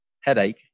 Headache